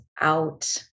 out